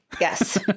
Yes